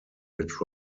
which